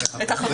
אתך,